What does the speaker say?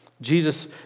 Jesus